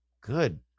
good